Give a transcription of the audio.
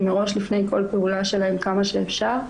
מראש לפני כל פעולה שלהם כמה שאפשר,